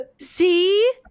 See